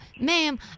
Ma'am